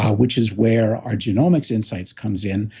which is where our genomics insights comes in,